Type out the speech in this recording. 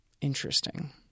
interesting